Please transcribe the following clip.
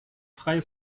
freie